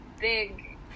big